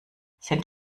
sind